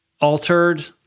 altered